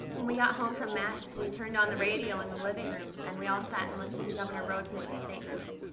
when we got home from mass, we turned on the radio in the living room and we all sat and listened to governor rhodes make his statements.